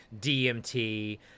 DMT